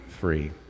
free